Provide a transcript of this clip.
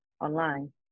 online